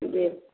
जी